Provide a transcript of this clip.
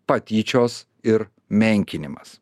patyčios ir menkinimas